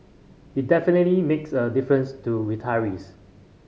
it definitely makes a difference to retirees